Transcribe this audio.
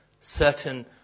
certain